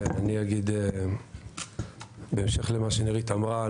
אגיד בהמשך למה שנירית אמרה.